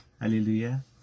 Hallelujah